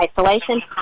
isolation